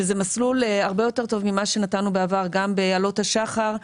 שזה מסלול הרבה יותר טוב ממה שנתנו בעבר גם ב"עלות השחר",